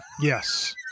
yes